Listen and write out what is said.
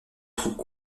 troupes